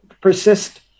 persist